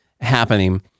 happening